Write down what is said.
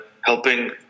helping